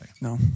No